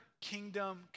kingdom